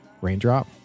Raindrop